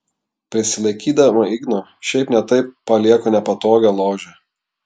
prisilaikydama igno šiaip ne taip palieku nepatogią ložę